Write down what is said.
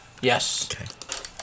Yes